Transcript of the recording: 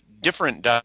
Different